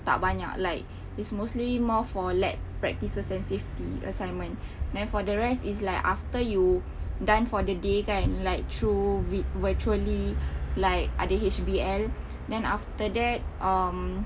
tak banyak like is mostly more for lab practices and safety assignment then for the rest is like after you done for the day kan like through read virtually like other H_B_L then after that um